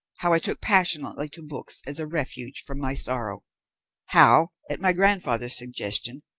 how i took passionately to books as a refuge from my sorrow how, at my grandfather's suggestion,